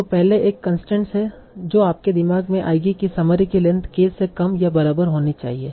तो पहले एक कंसट्रेन्स है जो आपके दिमाग में आएगी कि समरी की लेंथ k से कम या बराबर होनी चाहिए